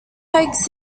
takes